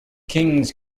kings